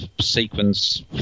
sequence